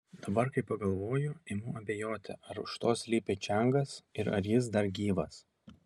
dabar kai pagalvoju imu abejoti ar už to slypi čiangas ir ar jis dar gyvas